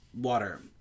water